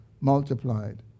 multiplied